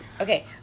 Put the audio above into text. Okay